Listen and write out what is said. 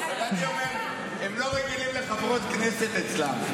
הם לא רגילים לחברות כנסת אצלם.